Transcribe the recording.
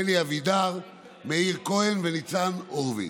אלי אבידר, מאיר כהן וניצן הורוביץ.